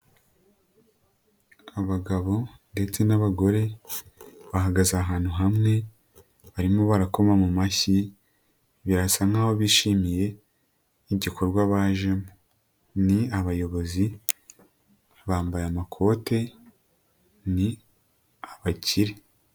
Abagabo ndetse n'abagore bahagaze ahantu hamwe barimo barakoma mu mashyi, birasa nkaho bishimiye igikorwa bajemo. Ni abayobozi bambaye amakote ni abakire.